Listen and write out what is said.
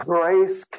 Grace